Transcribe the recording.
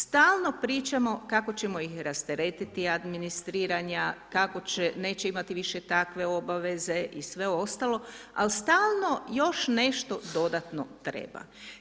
Stalno pričamo kako ćemo ih rasteretiti administriranja, kako neće imati više takve obaveze i sve ostalo, ali stalno još nešto dodatno treba.